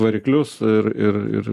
variklius ir ir ir